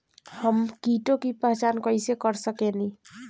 हम कीटों की पहचान कईसे कर सकेनी?